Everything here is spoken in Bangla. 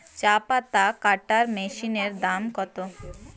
চাপাতা কাটর মেশিনের দাম কত?